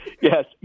Yes